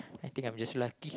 I think I'm just lucky